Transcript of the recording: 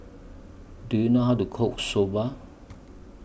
Do YOU know How to Cook Soba